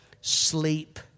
sleep